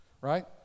right